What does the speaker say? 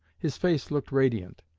his face looked radiant.